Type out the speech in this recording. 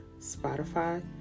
Spotify